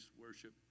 worship